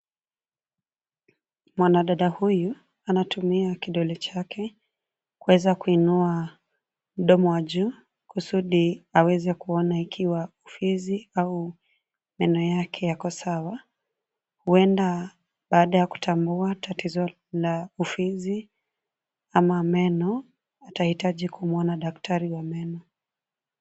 Mwanadada huyu, anatumia kidole chake, kuweza kuinua, mdomo wa juu, kusudi, aweze kuona ikiwa, ufizi, au, meno yake yako sawa, huenda, baada ya kutambua tatizo, la, ufizi, ama meno, atahitaji kumwona daktari wa meno.